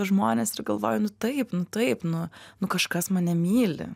žmones ir galvoju nu taip nu taip nu nu kažkas mane myli